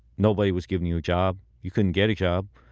nobody was giving you a job. you couldn't get a job.